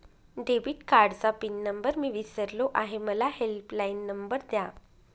debit कार्डचा pin number मी विसरलो आहे मला हेल्पलाइन नंबर द्या